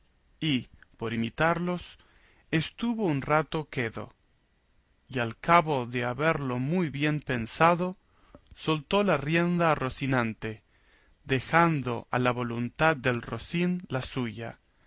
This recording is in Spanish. y por imitarlos estuvo un rato quedo y al cabo de haberlo muy bien pensado soltó la rienda a rocinante dejando a la voluntad del rocín la suya